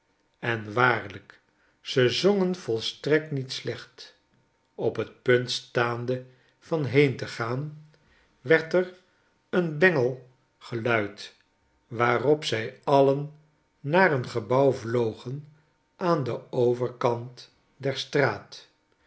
en waarlijk ze zongen volstrekt niet slecht op t punt staande van heen te gaan werd er een bengel geluid waarop zij alien naar een gebouw vlogen aan den overkant der straat